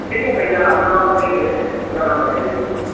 ठीक है भईया अपना नाम बताइए भईया अपना नाम बताइए पहले